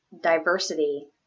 diversity